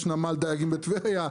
יש נמל דייגים בטבריה.